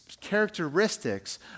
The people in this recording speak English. characteristics